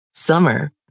Summer